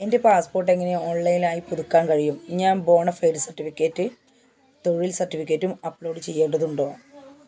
എൻ്റെ പാസ്പോർട്ട് എങ്ങനെ ഓൺലൈനായി പുതുക്കാൻ കഴിയും ഞാൻ ബോണഫൈഡ് സർട്ടിഫിക്കറ്റ് തൊഴിൽ സർട്ടിഫിക്കറ്റും അപ്ലോഡ് ചെയ്യേണ്ടതുണ്ടോ